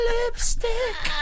Lipstick